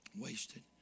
Wasted